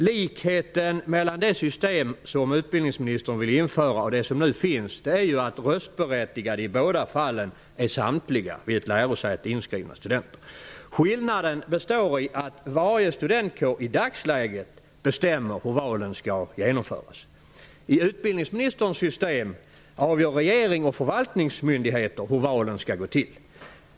Likheten mellan det system som utbildningsministern vill införa och det nuvarande är ju att röstberättigade i båda fallen är samtliga vid ett lärosäte inskrivna studenter. Skillnaden består i att varje studentkår i dagsläget bestämmer hur valen skall genomföras. I utbildningsministerns system avgör regeringen och förvaltningsmyndigheterna hur valen skall gå till.